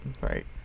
Right